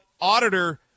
Auditor